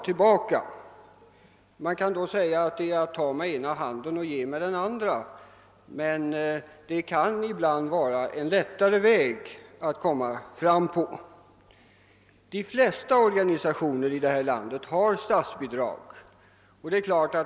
Det kan sägas att detta är att ge med den ena handen och ta med den andra, men ibland är det lättare att komma fram på en sådan väg. De flesta organisationer i detta land får statsbidrag.